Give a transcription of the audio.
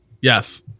yes